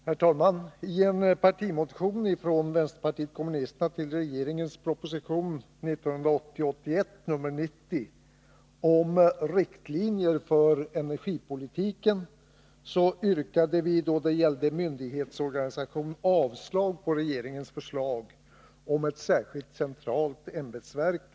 Herr talman! I en partimotion från vpk till regeringens proposition 1980/81:90 om riktlinjer för energipolitiken yrkade vi då det gällde myndighetsorganisation avslag på regeringens förslag om ett särskilt centralt ämbetsverk.